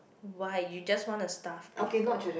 why you just wanna stuff people